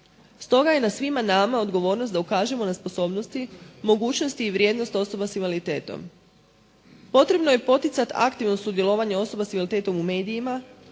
Stoga je na svima nama odgovornost da ukažemo na sposobnosti, mogućnosti i vrijednost osoba s invaliditetom. Potrebno je poticati aktivno sudjelovanje osoba s invaliditetom u medijima,